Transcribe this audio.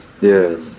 Yes